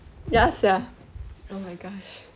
ya sia oh my gosh